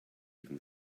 even